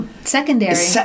Secondary